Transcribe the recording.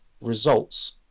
results